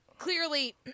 Clearly